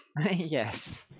Yes